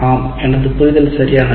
ஆம் எனது புரிதல் சரியானது